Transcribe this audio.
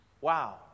Wow